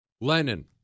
Lenin